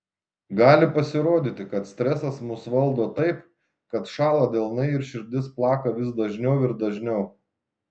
gali pasirodyti kad stresas mus valdo taip kad šąla delnai ir širdis plaka vis dažniau ir dažniau